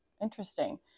interesting